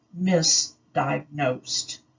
misdiagnosed